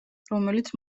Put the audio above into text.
რომელიც